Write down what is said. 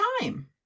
time